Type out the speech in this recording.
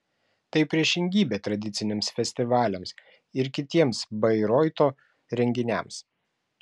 tai priešingybė tradiciniams festivaliams ir kitiems bairoito renginiams